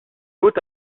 haut